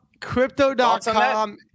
Crypto.com